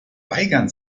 weigern